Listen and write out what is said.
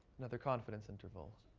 another confidence interval.